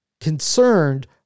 concerned